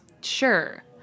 Sure